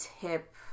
tip